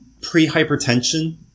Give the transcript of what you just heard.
pre-hypertension